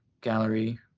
Gallery